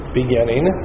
beginning